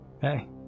Hey